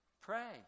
Pray